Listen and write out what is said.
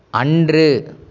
அன்று